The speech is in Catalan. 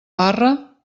parra